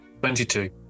22